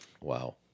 Wow